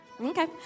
Okay